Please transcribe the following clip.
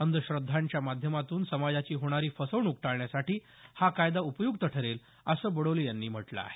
अंधश्रद्धांच्या माध्यमातून समाजाची होणारी फसवणूक टाळण्यासाठी हा कायदा उपयुक्त ठरेल असं बडोले यांनी म्हटलं आहे